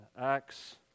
Acts